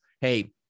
hey